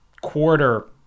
quarter